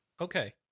okay